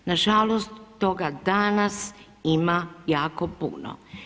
Nažalost toga danas ima jako puno.